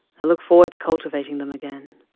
i look forward to cultivating them again.